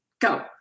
go